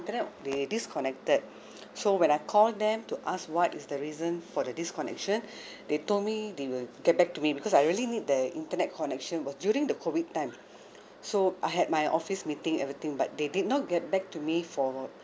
internet they disconnected so when I call them to ask what is the reason for the disconnection they told me they will get back to me because I really need the internet connection was during the COVID time so I had my office meeting everything but they did not get back to me for